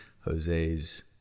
Jose's